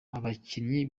abakinnyi